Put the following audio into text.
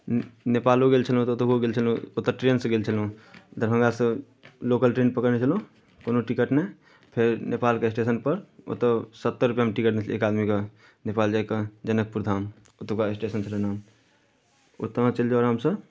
ने नेपालो गेल छलहुँ तऽ ओतहो गेल छलहुँ ओतय ट्रेनसँ गेल छेलौँ दरभंगा से लोकल ट्रेन पकड़ने छलहुँ कोनो टिकट नहि फेर नेपालके स्टेशनपर ओतय सत्तरि रुपैआमे टिकट मिललै एक आदमीके नेपाल जायके जनकपुर धाम ओतुका स्टेशन छलै हन ओतय अहाँ चलि जाउ आरामसँ